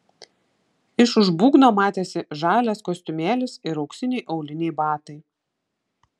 iš už būgno matėsi žalias kostiumėlis ir auksiniai auliniai batai